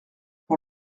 pour